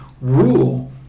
rule